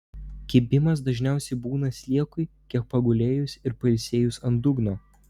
kibimas dažniausiai būna sliekui kiek pagulėjus ir pailsėjus ant dugno